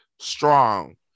strong